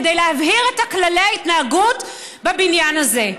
כדי להבהיר את כללי ההתנהגות בבניין הזה.